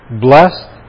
blessed